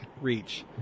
reach